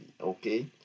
Okay